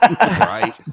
Right